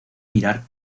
mirar